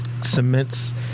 cements